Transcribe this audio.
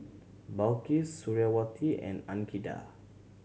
Balqis Suriawati and Andika